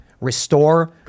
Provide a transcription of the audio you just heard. Restore